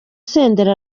senderi